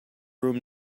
room